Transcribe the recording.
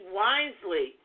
wisely